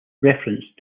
reference